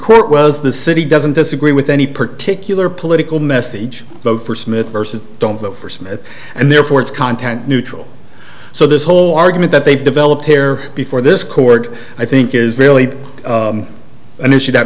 court was the city doesn't disagree with any particular political message vote for smith versus don't vote for smith and therefore it's content neutral so this whole argument that they've developed here before this court i think is really an issue that